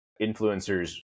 influencers